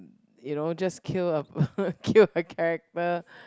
you know just kill a kill a character